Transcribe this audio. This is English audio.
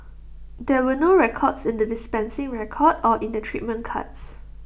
there were no records in the dispensing record or in the treatment cards